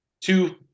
two